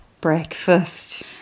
breakfast